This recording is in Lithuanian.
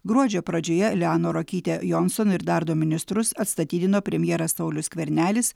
gruodžio pradžioje lianą ruokytę jonson ir dar du ministrus atstatydino premjeras saulius skvernelis